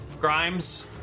Grimes